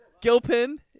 Gilpin